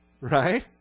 Right